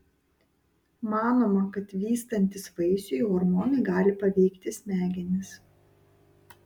manoma kad vystantis vaisiui hormonai gali paveikti smegenis